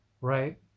right